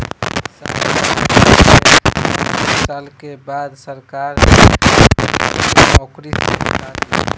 साठ साल चाहे चौसठ साल के बाद सरकार तोके नौकरी से हटा दी